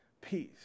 peace